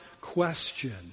question